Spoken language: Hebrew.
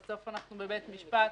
אבל בסוף אנחנו בבית משפט,